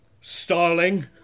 Starling